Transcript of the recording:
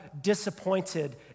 disappointed